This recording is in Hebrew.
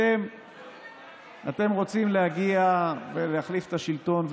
אתם רוצים להגיע ולהחליף את השלטון,